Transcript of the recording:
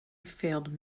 failed